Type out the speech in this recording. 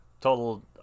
total